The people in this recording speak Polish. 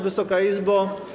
Wysoka Izbo!